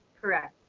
correct.